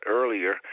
earlier